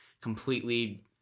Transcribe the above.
completely